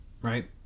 right